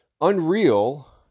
Unreal